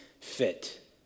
fit